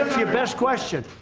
best question,